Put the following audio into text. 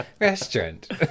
restaurant